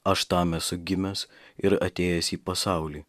aš tam esu gimęs ir atėjęs į pasaulį